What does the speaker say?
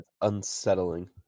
unsettling